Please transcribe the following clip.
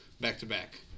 back-to-back